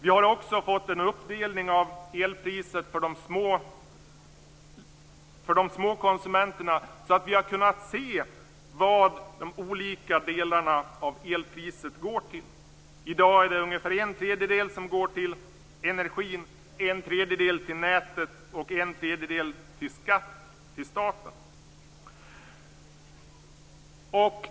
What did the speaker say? Vi har också fått en uppdelning av elpriset för de små konsumenterna, så att vi har kunnat se vad de olika delarna av elpriset går till. I dag är det ungefär en tredjedel som går till energin, en tredjedel till nätet och en tredjedel till skatt till staten.